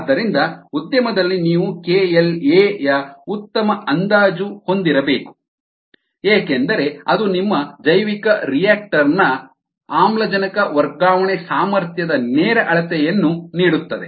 ಆದ್ದರಿಂದ ಉದ್ಯಮದಲ್ಲಿ ನೀವು KLa ಯ ಉತ್ತಮ ಅಂದಾಜು ಹೊಂದಿರಬೇಕು ಏಕೆಂದರೆ ಅದು ನಿಮ್ಮ ಜೈವಿಕರಿಯಾಕ್ಟರ್ ನ ಆಮ್ಲಜನಕ ವರ್ಗಾವಣೆ ಸಾಮರ್ಥ್ಯದ ನೇರ ಅಳತೆಯನ್ನು ನೀಡುತ್ತದೆ